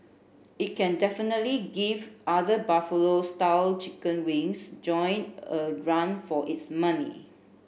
it can definitely give other Buffalo style chicken wings joint a run for its money